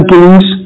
Kings